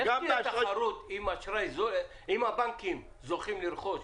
אם הבנקים זוכים לרכוש